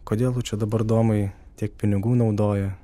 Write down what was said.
kodėl tu čia dabar domai tiek pinigų naudoji